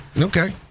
Okay